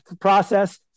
Process